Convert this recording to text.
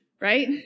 Right